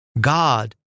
God